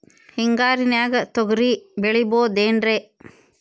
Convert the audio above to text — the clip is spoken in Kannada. ಹಿಂಗಾರಿನ್ಯಾಗ ತೊಗ್ರಿ ಬೆಳಿಬೊದೇನ್ರೇ?